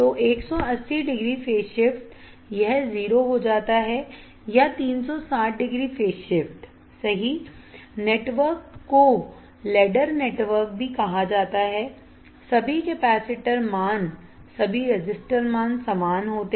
तो 180 degree phase shift यह 0 हो जाता है या 360 डिग्री फेज शिफ्ट सही नेटवर्क को लैडर नेटवर्क भी कहा जाता है सभी कैपेसिटर मान सभी रजिस्टर मान समान होते हैं